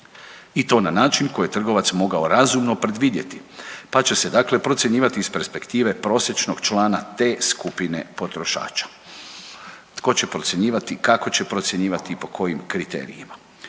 i to na način koji je trgovac mogao razumno predvidjeti pa će se dakle procjenjivati iz perspektive prosječnog člana te skupine potrošača. Tko će procjenjivati, kako će procjenjivati i po kojim kriterijima?